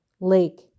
lake